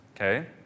Okay